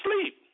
sleep